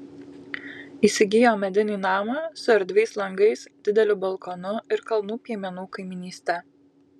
įsigijo medinį namą su erdviais langais dideliu balkonu ir kalnų piemenų kaimynyste